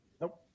Nope